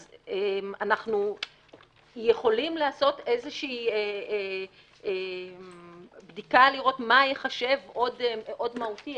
אז אנחנו יכולים לעשות איזושהי בדיקה לראות מה עוד ייחשב מהותי.